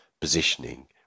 positioning